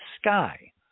sky